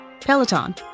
Peloton